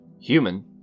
Human